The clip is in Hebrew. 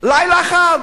לילה אחד.